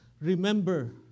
Remember